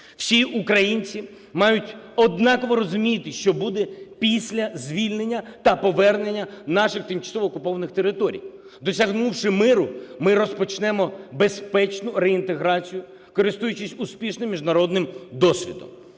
Всі українці мають однаково розуміти, що буде після звільнення та повернення наших тимчасово окупованих територій. Досягнувши миру, ми розпочнемо безпечну реінтеграцію, користуючись успішним міжнародним досвідом.